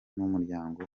n’umuryango